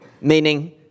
meaning